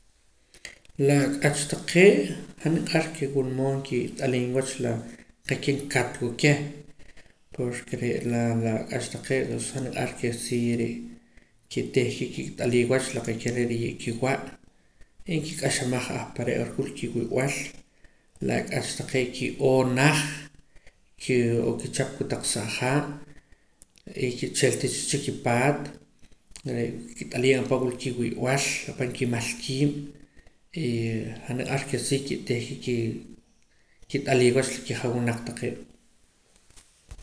La ak'ach taqee' han niq'ar ke wula modo nkit'aliim wach la qa'keh nkatwa keh porque re' la la ak'ach taqee' pus han niq'ar ke si re' kitihka kit'alii wach la qa'keh re' riye' kiwa' y nkik'axamaj ar ahpare' wula kiwii'b'al la ak'ach taqee' ki'oo naj ki'oo kichap kotaq sa'haa' y kichila tii cha chikipaat re' kit'aliim ahpa' wila kiwiib'al ahpa' nkimal kiib' y han niq'ar que si kitihka kit'alii wach la kijawinaq taqee'